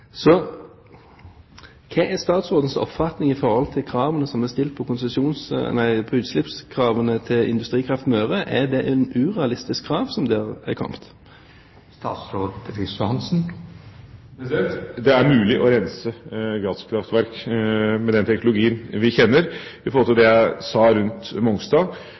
Så: Hva er statsrådens oppfatning når det gjelder utslippskravene som er stilt til Industrikraft Møre – er det urealistiske krav? Det er mulig å rense gasskraftverk med den teknologien vi kjenner. Når det gjelder det jeg sa om Mongstad,